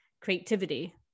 creativity